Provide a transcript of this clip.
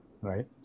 right